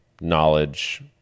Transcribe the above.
knowledge